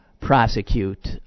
prosecute